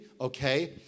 okay